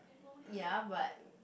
ya but